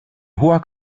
hoher